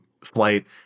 flight